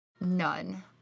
None